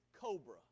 cobra